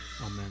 Amen